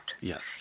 Yes